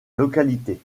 localité